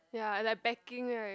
ya like backing right